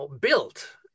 built